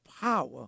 power